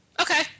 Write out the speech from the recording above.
Okay